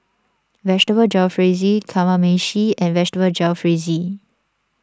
Vegetable Jalfrezi Kamameshi and Vegetable Jalfrezi